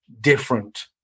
different